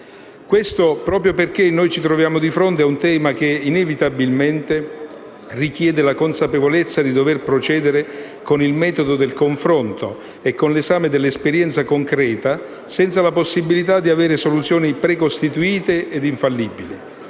avviene proprio perché ci troviamo di fronte a un tema che inevitabilmente richiede la consapevolezza di dover procedere con il metodo del confronto e con l'esame dell'esperienza concreta, senza la possibilità di avere soluzioni precostituite e infallibili.